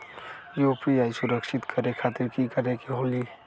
UPI सुरक्षित करे खातिर कि करे के होलि?